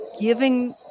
giving